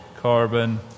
Carbon